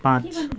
पाँच